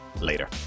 later